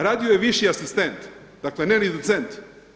Radio je viši asistent, dakle ne ni docent.